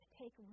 take